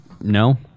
No